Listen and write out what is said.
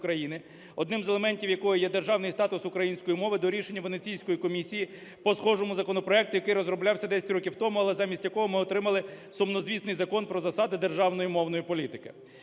одним з елементів якої є державний статус української мови, до рішення Венеційської комісії по схожому законопроекту, який розроблявся 10 років тому, але замість якого ми отримали сумнозвісний Закон "Про засади державної мовної політики".